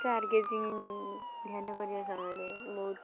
stargazing ଧ୍ୟାନ କରିବା ସମୟରେ ବହୁତ